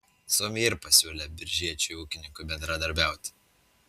suomiai ir pasiūlė biržiečiui ūkininkui bendradarbiauti